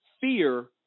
fear